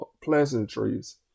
pleasantries